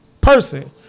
person